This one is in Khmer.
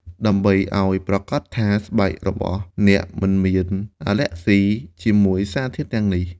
ដើម្បីឲ្យប្រាកដថាស្បែករបស់អ្នកមិនមានអាលែកហ្ស៊ីជាមួយសារធាតុទាំងនេះ។